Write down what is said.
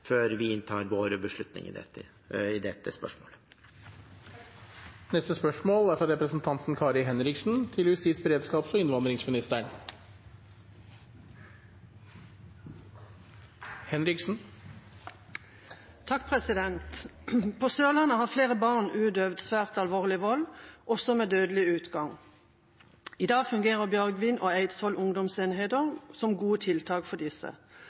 før vi tar våre beslutninger i dette spørsmålet. «På Sørlandet har flere barn utøvd svært alvorlig vold, også med dødelig utgang. I dag fungerer Bjørgvin og Eidsvoll ungdomsenheter som gode tiltak for disse.